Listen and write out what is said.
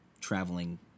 traveling